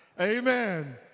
Amen